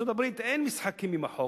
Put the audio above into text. בארצות-הברית אין משחקים עם החוק.